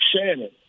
Shannon